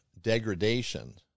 degradation